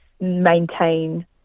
maintain